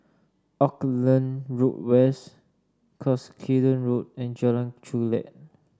Auckland Road West Cuscaden Road and Jalan Chulek